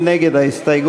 מי נגד ההסתייגות?